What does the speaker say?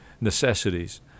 necessities